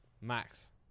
Max